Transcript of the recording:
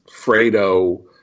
Fredo